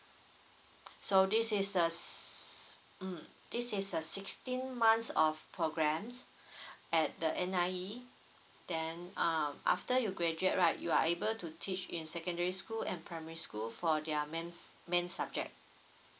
so this is a um this is a sixteen months of programs at the N_I_E then um after you graduate right you are able to teach in secondary school and primary school for their mains main subject